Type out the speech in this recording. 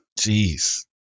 Jeez